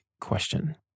question